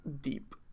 deep